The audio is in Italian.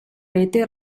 rete